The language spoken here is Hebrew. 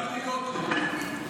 טלי גוטליב.